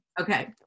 Okay